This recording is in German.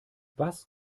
was